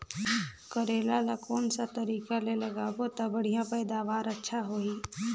करेला ला कोन सा तरीका ले लगाबो ता बढ़िया पैदावार अच्छा होही?